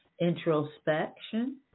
introspection